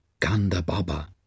Gandababa